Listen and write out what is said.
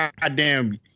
goddamn